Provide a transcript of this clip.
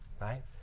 Right